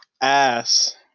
ass